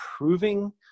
improving